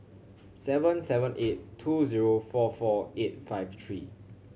seven seven eight two zero four four eight five three